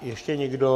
Ještě někdo?